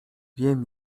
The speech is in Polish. wiem